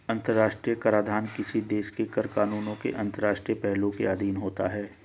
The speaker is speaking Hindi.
अंतर्राष्ट्रीय कराधान किसी देश के कर कानूनों के अंतर्राष्ट्रीय पहलुओं के अधीन होता है